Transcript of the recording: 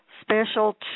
special